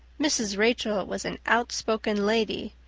mrs. rachel was an outspoken lady,